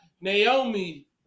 Naomi